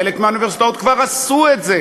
חלק מהאוניברסיטאות כבר עשו את זה,